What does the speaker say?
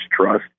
trust